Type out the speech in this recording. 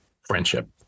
friendship